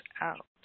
out